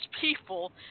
people